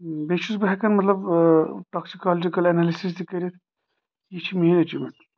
بیٚیہِ چھُس بہٕ ہٮ۪کان مطلب ٹوکسکولجکل اینلسِز تہِ کٔرتھ یہِ چھِ میٲنۍ ایٚچیومینٹ